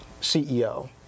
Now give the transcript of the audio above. CEO